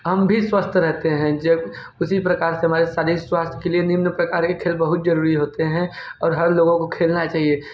हम भी स्वस्थ रहते हैं जब उसी प्रकार से हमारे शरीर स्वास्थय के लिए निम्न प्रकार के खेल बहुत ज़रूरी होते हैं और हर लोगों का खेलना ऐसे ही है